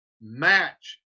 match